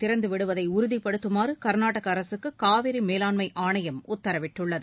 திறந்துவிடுவதை உறுதிபடுத்துமாறு கர்நாடக அரசுக்கு காவிரி மேலாண்மை ஆணையம் உத்தரவிட்டுள்ளது